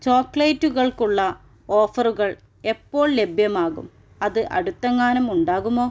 ചോക്ലേറ്റുകൾക്കുള്ള ഓഫറുകൾ എപ്പോൾ ലഭ്യമാകും അത് അടുത്തെങ്ങാനും ഉണ്ടാകുമോ